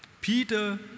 Peter